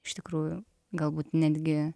iš tikrųjų galbūt netgi